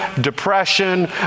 depression